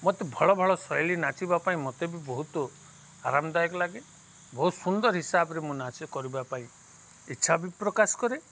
ମତେ ଭଲ ଭଲ ଶୈଳୀ ନାଚିବା ପାଇଁ ମତେ ବି ବହୁତ ଆରାମଦାୟକ ଲାଗେ ବହୁତ ସୁନ୍ଦର ହିସାବରେ ମୁଁ ନାଚ କରିବା ପାଇଁ ଇଚ୍ଛା ବି ପ୍ରକାଶ କରେ